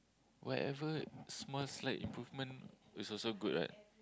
whatever small slight improvement is also good right